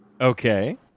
Okay